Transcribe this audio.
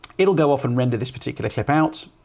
it'll go off and render this particular clip out.